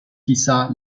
quizá